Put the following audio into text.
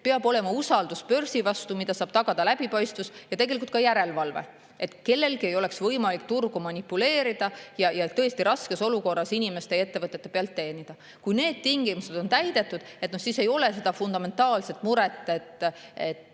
Peab olema usaldus börsi vastu, mida saab tagada läbipaistvus ja tegelikult ka järelevalve, et kellelgi ei oleks võimalik turuga manipuleerida ning tõesti raskes olukorras inimeste ja ettevõtete pealt teenida. Kui need tingimused on täidetud, siis ei ole seda fundamentaalset muret, et